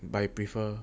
but I prefer